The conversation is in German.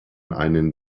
einen